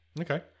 Okay